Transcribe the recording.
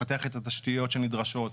לפתח את התשתיות שנדרשות,